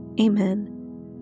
Amen